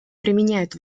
применяет